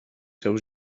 seus